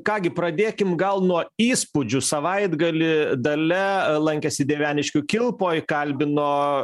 ką gi pradėkim gal nuo įspūdžių savaitgalį dalia lankėsi dieveniškių kilpoj kalbino